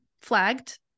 flagged